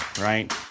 right